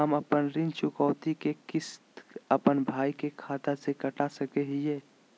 हम अपन ऋण चुकौती के किस्त, अपन भाई के खाता से कटा सकई हियई?